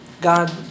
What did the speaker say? God